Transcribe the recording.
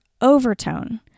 overtone